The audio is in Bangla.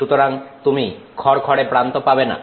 সুতরাং তুমি খরখরে প্রান্ত পাবেনা